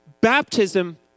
baptism